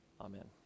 Amen